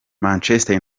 manchester